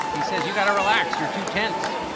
he says, you got to relax. you're too tense